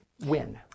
win